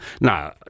Now